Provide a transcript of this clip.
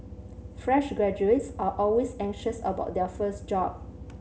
fresh graduates are always anxious about their first job